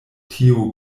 tio